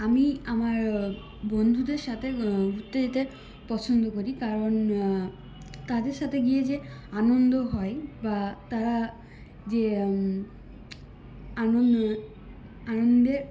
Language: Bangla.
আমি আমার বন্ধুদের সাথে ঘুরতে যেতে পছন্দ করি কারণ তাদের সাথে গিয়ে যে আনন্দ হয় বা তারা যে আনন্দ আনন্দের